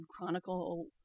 chronicle